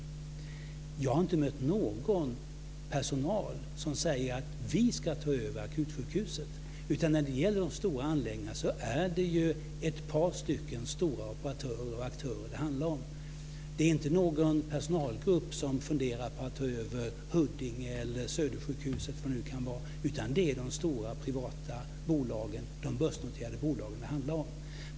Jag har inte mött någon personal som säger: Vi ska ta över akutsjukhuset. När det gäller de stora anläggningarna är det ett par stora operatörer och aktörer det handlar om. Det är inte någon personalgrupp som funderar på att ta över Huddinge, Södersjukhuset eller var det nu kan vara, utan det är de stora, privata bolagen, de börsnoterade bolagen, det handlar om.